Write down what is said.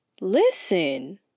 Listen